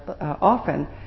often